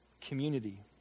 community